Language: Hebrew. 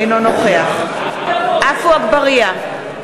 אינו נוכח עפו אגבאריה,